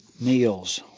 meals